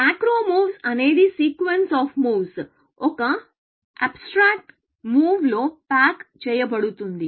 macro moves అనేది sequence of moves ఒక abstract move లో ప్యాక్ చేయబడుతుంది